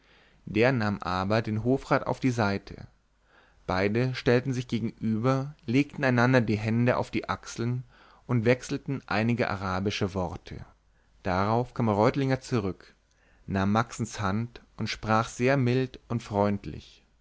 der nahm aber den hofrat auf die seite beide stellten sich gegenüber legten einander die hände auf die achseln und wechselten einige arabische worte darauf kam reutlinger zurück nahm maxens hand und sprach sehr mild und freundlich